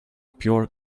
pure